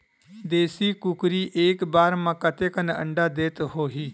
देशी कुकरी एक बार म कतेकन अंडा देत होही?